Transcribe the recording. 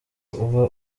uba